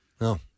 No